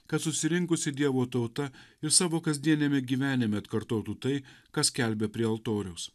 kad susirinkusi dievo tauta ir savo kasdieniame gyvenime atkartotų tai ką skelbia prie altoriaus